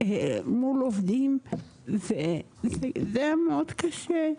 מול עובדים זה היה מאוד קשה.